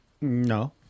No